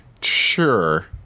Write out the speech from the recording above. Sure